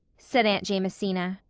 said aunt jamesina.